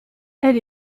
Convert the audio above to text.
elle